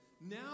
Now